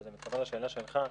וזה מתחבר לשאלה שלך,